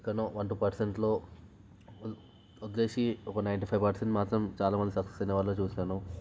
ఎక్కడనో one two పర్సెంట్లో వదిలేసి ఒక నైంటీ ఫైవ్ పర్సెంట్ మాత్రం చాలా మంది సక్సెస్ అయిన వాళ్ళే చూశాను